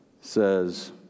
Says